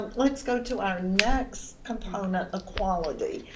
ah let's go to our next component equality.